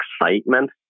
excitement